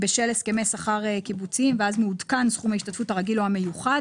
בשל הסכמי שכר קיבוציים ואז מעודכן סכום ההשתתפות הרגיל או המיוחד,